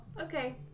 okay